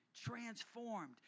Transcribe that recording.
transformed